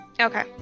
okay